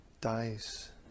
dies